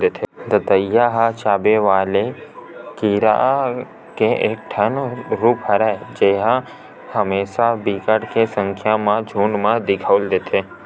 दतइया ह चाबे वाले कीरा के एक ठन रुप हरय जेहा हमेसा बिकट के संख्या म झुंठ म दिखउल देथे